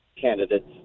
candidates